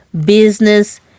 business